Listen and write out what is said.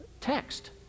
text